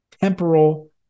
temporal